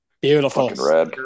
beautiful